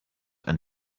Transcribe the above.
and